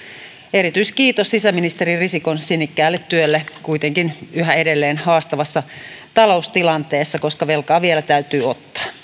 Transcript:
erityiskiitos sisäministeri risikon sinnikkäälle työlle kuitenkin yhä edelleen haastavassa taloustilanteessa koska velkaa vielä täytyy ottaa